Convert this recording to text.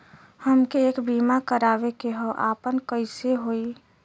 हमके एक बीमा करावे के ह आपन कईसे होई?